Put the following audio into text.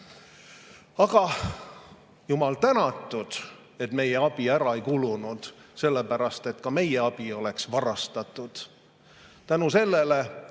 Aga jumal tänatud, et meie abi ära ei kulunud, sellepärast et ka meie abi oleks ära varastatud. Tänu sellele